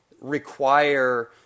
require